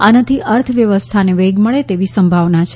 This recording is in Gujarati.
આનાથી અર્થવ્યવસ્થાને વેગ મળે તેવી સંભાવના છે